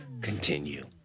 Continue